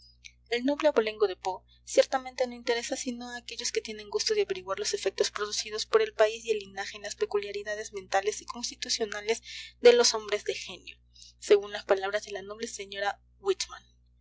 el noble abolengo de poe ciertamente no interesa sino a aquellos que tienen gusto de averiguar los efectos producidos por el país y el linaje en las peculiaridades mentales y constitucionales de los hombres de genio según las palabras de la noble sra